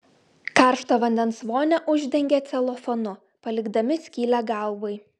karštą vandens vonią uždengia celofanu palikdami skylę galvai